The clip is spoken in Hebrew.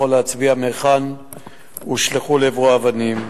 היה להצביע מהיכן הושלכו לעברו האבנים.